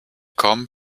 come